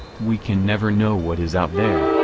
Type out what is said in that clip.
we can never know what is out there,